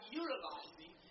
utilizing